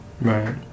Right